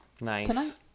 Nice